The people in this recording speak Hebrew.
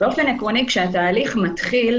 באופן עקרוני כשהתהליך מתחיל,